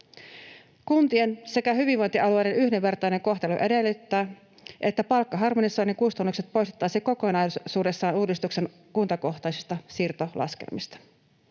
Kuntien sekä hyvinvointialueiden yhdenvertainen kohtelu edellyttää, että palkkaharmonisoinnin kustannukset poistettaisiin kokonaisuudessaan uudistuksen kuntakohtaisista siirtolaskelmista.